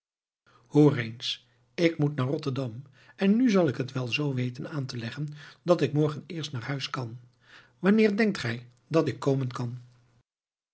eens ik moet naar rotterdam en nu zal ik het wel zoo weten aan te leggen dat ik morgen eerst naar huis kan wanneer denkt gij dat ik komen kan